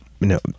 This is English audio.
no